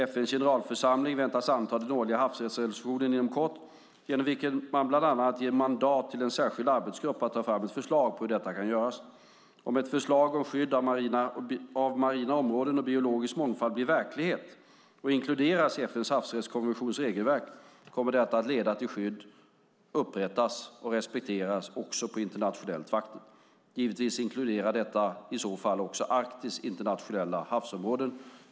FN:s generalförsamling väntas inom kort anta den årliga havsrättsresolutionen, genom vilken man bland annat ger mandat till en särskild arbetsgrupp att ta fram ett förslag på hur detta kan göras. Om ett förslag om skydd av marina områden och biologisk mångfald blir verklighet och inkluderas i FN:s havsrättskonventions regelverk kommer detta att leda till att skydd upprättas och respekteras också på internationellt vatten. Givetvis inkluderar detta i så fall också Arktis internationella havsområden.